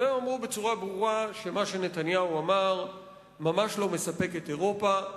והם אמרו בצורה ברורה שמה שנתניהו אמר ממש לא מספק את אירופה,